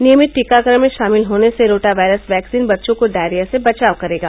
नियमित टीकाकरण में शामिल होने से रोटा वायरस वैक्सीन बच्चों को डायरिया से बचाव करेगा